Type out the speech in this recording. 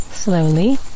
slowly